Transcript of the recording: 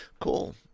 Cool